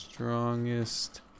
Strongest